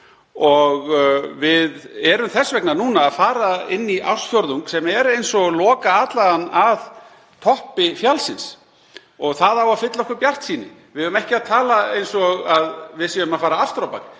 Við erum þess vegna núna að fara inn í ársfjórðung sem er eins og lokaatlagan að toppi fjallsins og það á að fylla okkur bjartsýni. Við eigum ekki að tala eins og að við séum að fara aftur á bak.